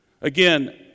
Again